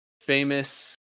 famous